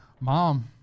Mom